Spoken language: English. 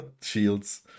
shields